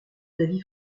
d’avis